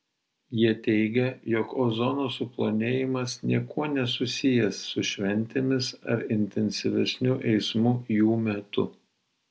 jie teigia jog ozono suplonėjimas niekuo nesusijęs su šventėmis ar intensyvesniu eismu jų metu